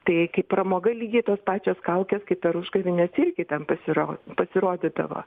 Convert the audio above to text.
tai kai pramoga lygiai tos pačios kaukės kaip per užgavėnes irgi ten pasiro pasirodydavo